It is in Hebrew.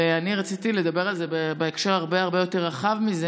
ואני רציתי לדבר על זה בהקשר הרבה הרבה יותר רחב מזה,